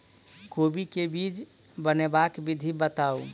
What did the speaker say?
कोबी केँ बीज बनेबाक विधि बताऊ?